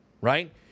right